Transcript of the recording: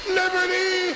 liberty